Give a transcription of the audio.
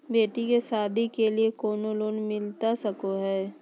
बेटी के सादी के लिए कोनो लोन मिलता सको है?